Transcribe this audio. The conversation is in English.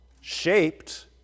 shaped